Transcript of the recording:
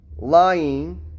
Lying